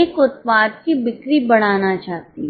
एक उत्पाद की बिक्री बढ़ाना चाहती है